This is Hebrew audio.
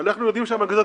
מפקחים